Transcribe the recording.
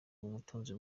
ubutunzi